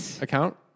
account